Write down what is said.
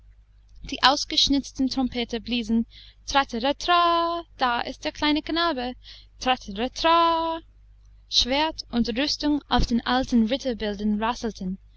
die ausgeschnitzten trompeter bliesen tratteratra da ist der kleine knabe tratteratra schwert und rüstung auf den alten ritterbildern rasselten